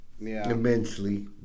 immensely